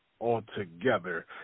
altogether